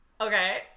Okay